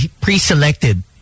pre-selected